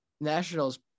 Nationals